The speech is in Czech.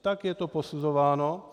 Tak je to posuzováno.